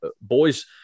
boys